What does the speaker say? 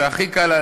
שהכי קל,